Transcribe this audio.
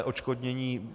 Odškodnění.